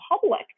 public